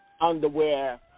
underwear